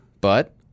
But-